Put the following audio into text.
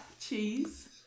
cheese